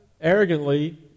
arrogantly